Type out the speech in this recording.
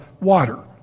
water